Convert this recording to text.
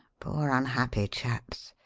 poor unhappy chaps!